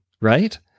right